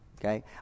Okay